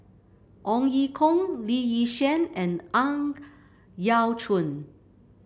Ong Ye Kung Lee Yi Shyan and Ang Yau Choon